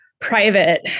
private